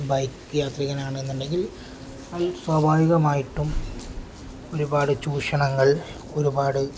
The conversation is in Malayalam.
ബൈക്ക് യാത്രികനാണെന്നുണ്ടെങ്കിൽ സ്വാഭാവികമായിട്ടും ഒരുപാട് ചൂഷണങ്ങൾ ഒരുപാട്